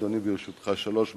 אדוני, ברשותך, אני רוצה, שלוש מלים.